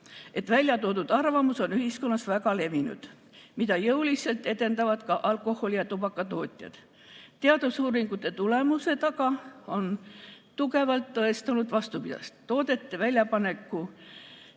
et väljatoodud arvamus on ühiskonnas väga levinud, mida jõuliselt edendavad ka alkoholi‑ ja tubakatootjad. Teadusuuringute tulemused aga on tugevalt tõestanud vastupidist: toodete väljapaneku